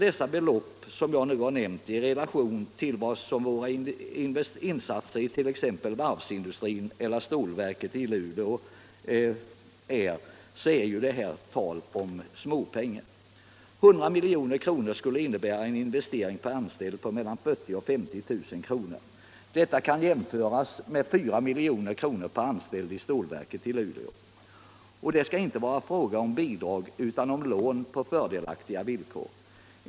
Dessa belopp är i relation till våra insatser i t.ex. varvsindustrin eller stålverket i Luleå småpengar. 100 milj.kr. skulle innebära en investering per anställd av mellan 40 000 och 50 000 kr. Detta kan jämföras med 4 milj.kr.per anställd i stålverket i Luleå. Och det skall inte vara fråga om bidrag utan om lån på fördelaktiga villkor.